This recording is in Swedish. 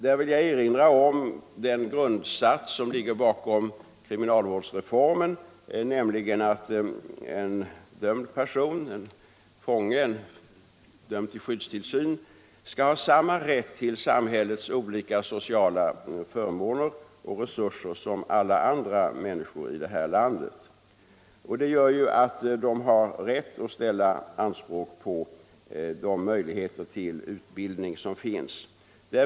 Jag vill erinra om den grundsats som ligger bakom kriminalvårdsreformen, nämligen att en person som är dömd, exempelvis till skyddstillsyn, skall ha samma rätt till samhällets olika sociala förmåner och resurser som alla andra människor i vårt land. Det innebär att de har rätt att ställa anspråk på de möjligheter till utbildning som finns.